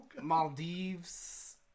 Maldives